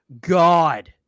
God